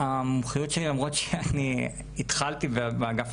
היועצת המשפטית לממשלה החדשה שאנחנו מברכים אותה,